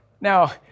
Now